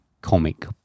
comic